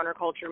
counterculture